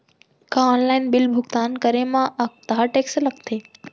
का online bill भुगतान करे मा अक्तहा टेक्स लगथे?